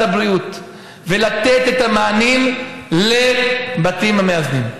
הבריאות ולתת את המענים לבתים המאזנים.